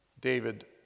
David